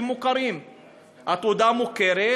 והן מוכרות,